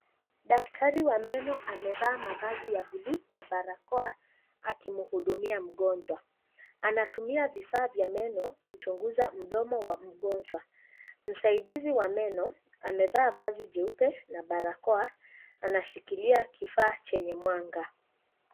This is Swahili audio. Daktari wa meno amevaa mavazi ya bluu na barakoa akimhudumia mgonjwa, anatumia vifaa vya meno kuchunguza mdomo wa mgonjwa, msaidizi wa meno amevaa vazi jeupe na barakoa, anashikilia kifaa chenye mwanga.